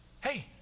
hey